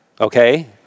okay